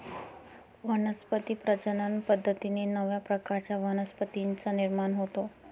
वनस्पती प्रजनन पद्धतीने नव्या प्रकारच्या वनस्पतींचा निर्माण होतो